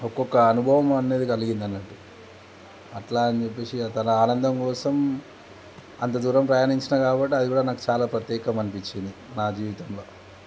ఒక్కొక్క అనుభవం అనేది కలిగిందన్నట్టు అట్లా అని చెప్పేసి తన ఆనందం కోసం అంత దూరం ప్రయాణించినా కాబట్టి అది కూడా నాకు చాలా ప్రత్యేకం అనిపించింది నా జీవితంలో